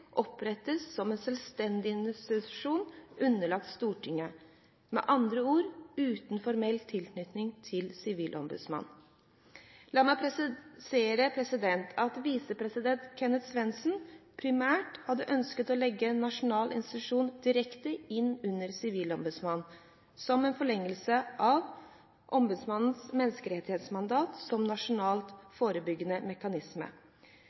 opprettes som en selvstendig institusjon underlagt Stortinget – med andre ord uten formell tilknytning til Sivilombudsmannen. La meg presisere at visepresident Kenneth Svendsen primært hadde ønsket å legge en nasjonal institusjon direkte inn under Sivilombudsmannen, som en forlengelse av ombudsmannens menneskerettighetsmandat som nasjonal forebyggende mekanisme.